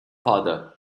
father